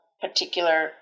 particular